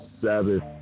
Sabbath